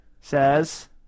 Says